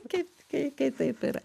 kaip kai kai taip yra